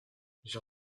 j’ai